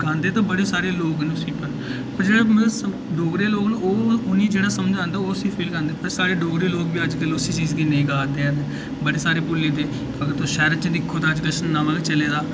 गांदे ते बड़े सारे लोग न उसी पर पर जेह्ड़ा मतलब डोगरे लोक न उ'नें ई जेह्ड़ा समझ आंदा ओह् उसी फील करदे पर साढ़े डोगरे लोक बी अज्जकल उसी नेईं गा दे हैन बड़े सारे भु'ल्ली दे पर तुस शैह्रे च दिक्खो किश नमां गै चला दा ऐ